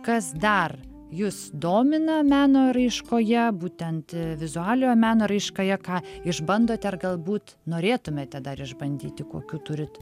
kas dar jus domina meno raiškoje būtent vizualiojo meno raiškoje ką išbandote ar galbūt norėtumėte dar išbandyti kokių turit